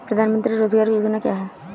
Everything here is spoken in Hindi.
प्रधानमंत्री रोज़गार योजना क्या है?